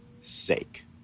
sake